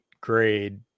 grade